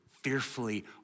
fearfully